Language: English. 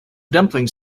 dumplings